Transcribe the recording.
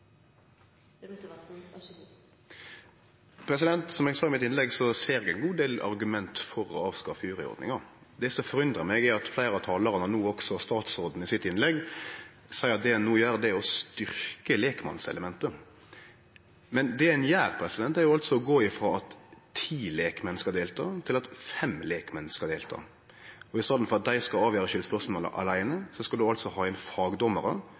løsningen. Som eg sa i mitt innlegg, ser eg ein god del argument for å avskaffe juryordninga. Det som undrar meg, er at fleire av talarane – no også statsråden i sitt innlegg – seier at det ein no gjer, er å styrkje lekmannselementet. Det ein gjer, er å gå frå at ti lekmenn skal delta til at fem lekmenn skal delta. Og i staden for at dei skal avgjere skyldspørsmålet aleine, skal ein altså ha inn fagdommarar,